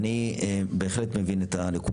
עו"ד אביאני, אני בהחלט מבין את הנקודה.